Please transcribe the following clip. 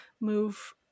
move